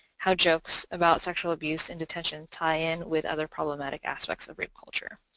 how jokes about sexual abuse in detention tie in with other problematic aspects of rape culture.